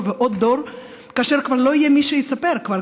ועוד דור כאשר כבר לא יהיה מי שיספר כבר,